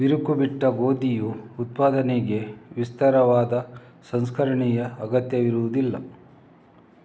ಬಿರುಕು ಬಿಟ್ಟ ಗೋಧಿಯ ಉತ್ಪಾದನೆಗೆ ವಿಸ್ತಾರವಾದ ಸಂಸ್ಕರಣೆಯ ಅಗತ್ಯವಿರುವುದಿಲ್ಲ